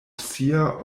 sia